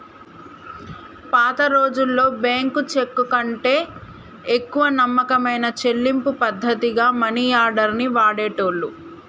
పాతరోజుల్లో బ్యేంకు చెక్కుకంటే ఎక్కువ నమ్మకమైన చెల్లింపు పద్ధతిగా మనియార్డర్ ని వాడేటోళ్ళు